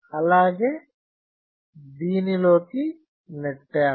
అలాగే దీనిలోకి N 1 node నెట్టాను